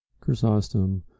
Chrysostom